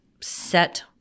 set